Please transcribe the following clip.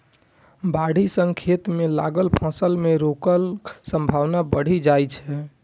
बाढ़ि सं खेत मे लागल फसल मे रोगक संभावना बढ़ि जाइ छै